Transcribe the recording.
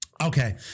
Okay